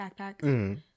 backpack